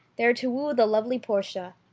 there to woo the lovely portia.